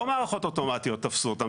לא מערכות אוטומטיות תפסו אותם.